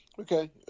Okay